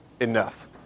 enough